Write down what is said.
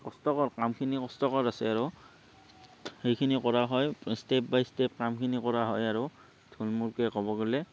কষ্টকৰ কামখিনি কষ্টকৰ আছে আৰু সেইখিনি কৰা হয় ষ্টেপ বাই ষ্টেপ কামখিনি কৰা হয় আৰু থুলমূলকৈ ক'ব গ'লে